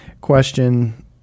question